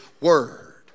word